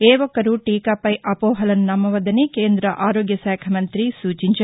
ఏ ఒక్కరూ టీకా పై అపోహలను నమ్మవద్దని కేం్రద ఆరోగ్యశాఖా మంగ్రి సూచించారు